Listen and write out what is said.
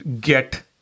get